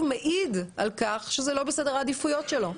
מעיד על כך שזה לא בסדר העדיפויות של המשרד.